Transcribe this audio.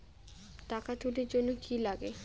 টাকা তুলির জন্যে কি লাগে?